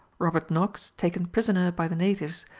robert knox, taken prisoner by the natives,